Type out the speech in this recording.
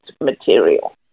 material